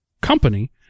company